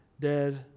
dead